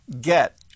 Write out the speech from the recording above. get